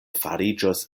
fariĝos